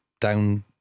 down